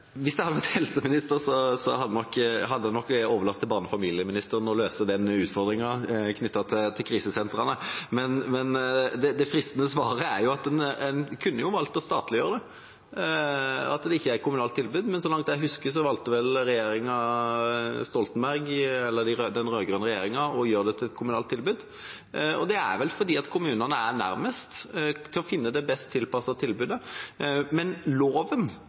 Hvis jeg hadde vært helseminister, hadde jeg nok overlatt til barne- og familieministeren å løse utfordringene knyttet til krisesentrene. Det fristende svaret er at en kunne valgt å statliggjøre det, slik at det ikke var et kommunalt tilbud. Så vidt jeg husker, valgte regjeringa Stoltenberg, den rød-grønne regjeringa, å gjøre det til et kommunalt tilbud, og det er vel fordi kommunene er nærmest til å finne det best tilpassede tilbudet. Men loven